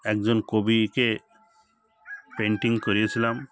একজন কবিকে পেন্টিং করিয়েছিলাম